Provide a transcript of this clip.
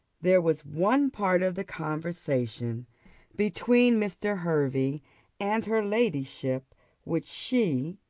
there was one part of the conversation between mr. hervey and her ladyship which she,